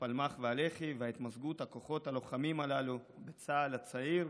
הפלמ"ח והלח"י והתמזגות הכוחות הלוחמים הללו בצה"ל הצעיר,